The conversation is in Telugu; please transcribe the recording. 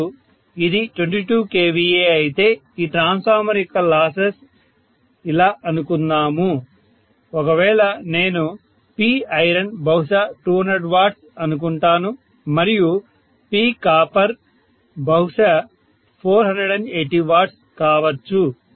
ఇప్పుడు ఇది 22 kVA అయితే ఈ ట్రాన్స్ఫార్మర్ యొక్క లాసెస్ ఇలా అనుకుందాము ఒకవేళ నేను Piron బహుశా 200 W అనుకుంటాను మరియు PCU బహుశా 480 W కావచ్చు